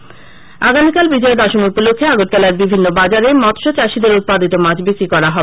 মাছ আগামীকাল বিজয়া দশমী উপলক্ষে আগরতলার বিভিন্ন বাজারে মৎস্য চাষীদের উৎপাদিত মাছ বিক্রয় করা হবে